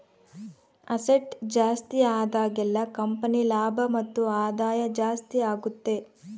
asset ಜಾಸ್ತಿ ಆದಾಗೆಲ್ಲ company ಲಾಭ ಮತ್ತು ಆದಾಯ ಜಾಸ್ತಿ ಆಗುತ್ತೆ